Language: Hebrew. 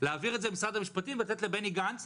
להעביר את זה למשרד המשפטים ולתת לבני גנץ,